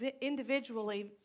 individually